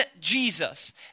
Jesus